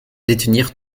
détenir